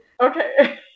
Okay